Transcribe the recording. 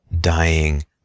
dying